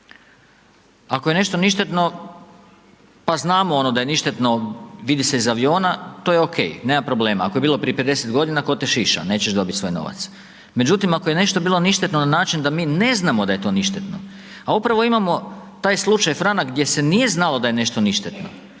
ako je nešto ništetno, pa znamo ono da je ništetno, vidi se iz aviona, to je ok, nema problema, ako je bilo prije 50 g. tko te šiša, nećeš dobiti svoj novac. Međutim, ako je nešto bilo ništetno na način da mi ne znamo da je to ništetno, a upravo imamo taj slučaj franak gdje se nije znalo da je nešto ništetno.